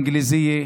תעודה בשפה האנגלית,